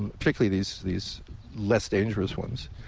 and particularly these these less dangerous ones